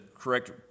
correct